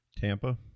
Tampa